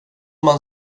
man